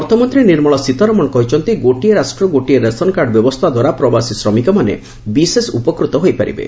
ଅର୍ଥମନ୍ତ୍ରୀ ନିର୍ମଳା ସୀତାରମଣ କହିଛନ୍ତି ଗୋଟିଏ ରାଷ୍ଟ୍ର ଗୋଟିଏ ରେସନ୍କାର୍ଡ ବ୍ୟବସ୍ଥା ଦ୍ୱାରା ପ୍ରବାସୀ ଶ୍ରମିକମାନେ ବିଶେଷ ଉପକୃତ ହୋଇପାରିବେ